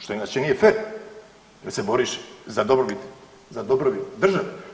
Što inače nije fer jer se boriš za dobrobit, za dobrobit države.